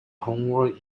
homework